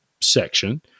section